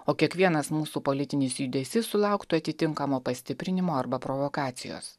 o kiekvienas mūsų politinis judesys sulauktų atitinkamo pastiprinimo arba provokacijos